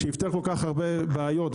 שיפתור כל כך הרבה בעיות,